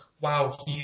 wow